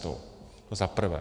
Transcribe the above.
To za prvé.